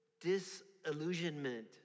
disillusionment